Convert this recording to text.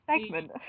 segment